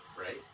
right